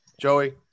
Joey